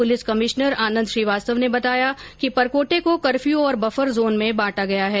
police commissioner Anand Srivastava ने बताया कि परकोटे को कर्फ्यू और बफर जोन में बांटा गया है